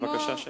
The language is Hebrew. בבקשה שקט.